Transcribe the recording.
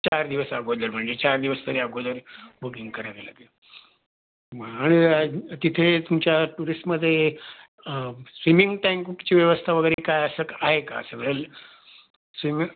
चार दिवस अगोदर म्हणजे चार दिवस तरी अगोदर बुकिंग करावी लागेल आणि य तिथे तुमच्या टुरिस्टमध्ये स्विमिंग टँकची व्यवस्था वगैरे काय असं आहे का असं वेल स्विमि